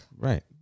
Right